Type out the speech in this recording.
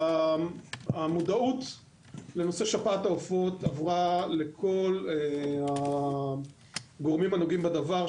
המודעות לנושא שפעת העופות עברה לכל הגורמים הנוגעים בדבר,